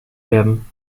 werden